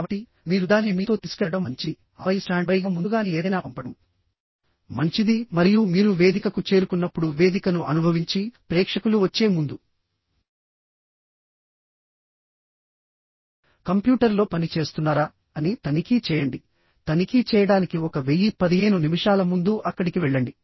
కాబట్టి మీరు దానిని మీతో తీసుకెళ్లడం మంచిది ఆపై స్టాండ్బైగా ముందుగానే ఏదైనా పంపడం మంచిది మరియు మీరు వేదికకు చేరుకున్నప్పుడు వేదికను అనుభవించిప్రేక్షకులు వచ్చే ముందు కంప్యూటర్లో పని చేస్తున్నారా అని తనిఖీ చేయండితనిఖీ చేయడానికి 1015 నిమిషాల ముందు అక్కడికి వెళ్లండి